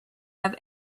have